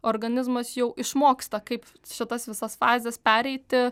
organizmas jau išmoksta kaip šitas visas fazes pereiti